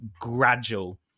gradual